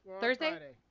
Thursday